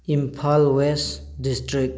Imphal west district